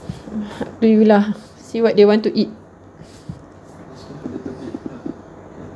up to you lah see what they want to eat